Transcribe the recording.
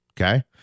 Okay